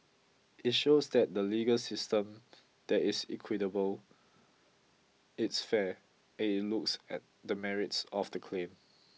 it shows that the legal system there is equitable it's fair and it looks at the merits of the claim